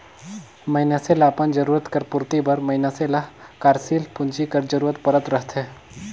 मइनसे ल अपन जरूरत कर पूरति बर मइनसे ल कारसील पूंजी कर जरूरत परत रहथे